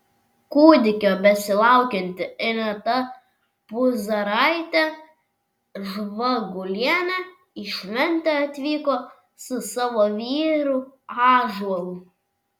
kūdikio besilaukianti ineta puzaraitė žvagulienė į šventę atvyko su savo vyru ąžuolu